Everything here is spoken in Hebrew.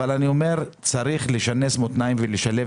אבל אני אומר שצריך לשנס מותניים ולשלב